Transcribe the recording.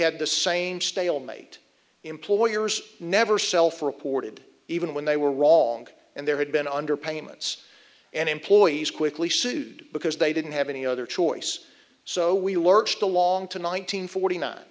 had the same stalemate employers never self reported even when they were wrong and there had been under payments and employees quickly sued because they didn't have any other choice so we lurched along to nine hundred forty nine